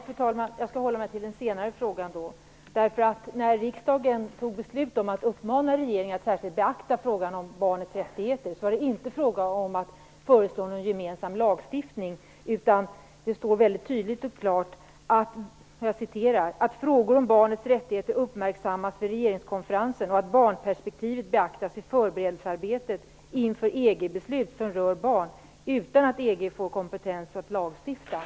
Fru talman! Jag skall hålla mig till den senare frågan. När riksdagen fattade beslut om att uppmana regeringen att särskilt beakta frågan om barnets rättigheter var det inte fråga om att föreslå någon gemensam lagstiftning. Det står tydligt och klart: Frågor om barnets rättigheter uppmärksammas vid regeringskonferensen, och barnperspektivet beaktas i förberedelsearbetet inför EG-beslut som rör barn, utan att EG får kompetens att lagstifta.